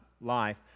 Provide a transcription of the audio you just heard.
life